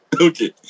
Okay